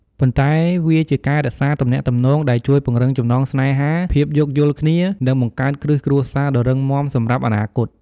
ប៉ុន្តែវាជាការរក្សាទំនាក់ទំនង ដែលជួយពង្រឹងចំណងស្នេហា ភាពយោគយល់គ្នា និងបង្កើតគ្រឹះគ្រួសារដ៏រឹងមាំសម្រាប់អនាគត។